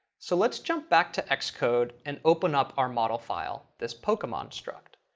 so let's jump back to xcode and open up our model file, this pokemon struct.